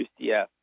UCF